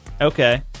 Okay